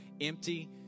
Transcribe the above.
empty